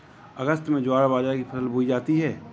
अगस्त में ज्वार बाजरा की फसल बोई जाती हैं